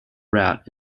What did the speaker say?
rat